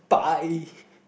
by